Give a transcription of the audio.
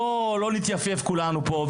בואו לא נתייפייף כולנו פה,